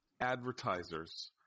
advertisers